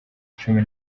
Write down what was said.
icumi